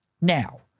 now